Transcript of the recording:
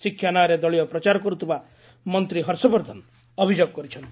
ଶିକ୍ଷା ନାଁରେ ଦଳୀୟ ପ୍ରଚାର କର୍ତ୍ଥବା ମନ୍ତ୍ରୀ ହର୍ଷବର୍ଦ୍ଧନ ଅଭିଯୋଗ କରିଚ୍ଚନ୍ତି